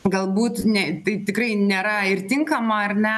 galbūt ne tai tikrai nėra ir tinkama ar ne